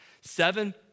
Seven